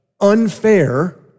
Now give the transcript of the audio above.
unfair